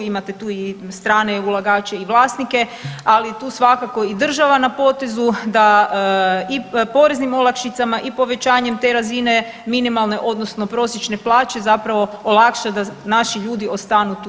Imate tu i strane ulagače i vlasnike, ali tu svakako i država na potezu da i poreznim olakšicama i povećanjem te razine minimalne odnosno prosječne plaće zapravo olakša da naši ljudi ostanu tu.